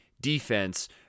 defense